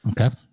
Okay